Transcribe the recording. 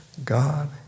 God